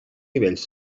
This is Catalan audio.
nivells